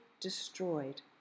destroyed